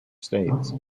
states